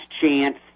chance